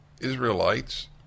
Israelites